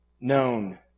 known